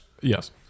Yes